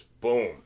boom